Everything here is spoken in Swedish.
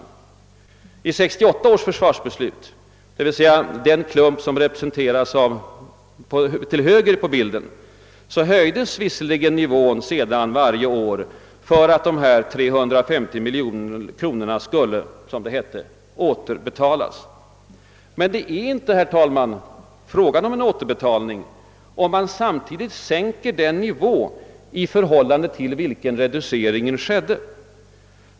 | I 1968 års försvarsbeslut — den klump som anges till höger på bilden — höjdes visserligen nivån sedan varje år för att de här 350 miljoner kronorna skulle, som det hette, återbetalas. Men det är inte, herr talman, fråga om en återbetalning, om man samtidigt sänker den nivå i förhållande till vilken reduceringen skedde.